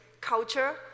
culture